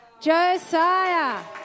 Josiah